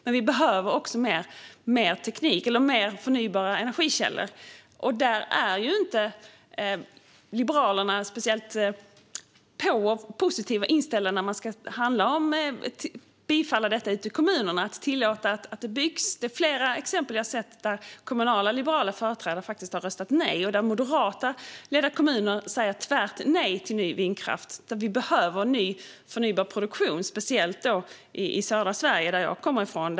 Men vi behöver också mer teknik och mer förnybara energikällor, och Liberalerna är ju inte speciellt på och positivt inställda när det gäller att bifalla detta ute i kommunerna och tillåta att det byggs. Det finns flera exempel där kommunala liberala företrädare faktiskt har röstat nej och där moderatledda kommuner säger tvärt nej till ny vindkraft. Men vi behöver förnybar produktion - speciellt i södra Sverige, som jag kommer ifrån.